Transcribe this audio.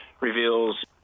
reveals